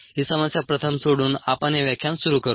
ही समस्या प्रथम सोडवून आपण हे व्याख्यान सुरू करू